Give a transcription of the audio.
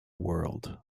world